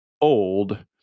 old